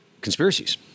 conspiracies